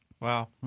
Wow